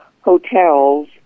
hotels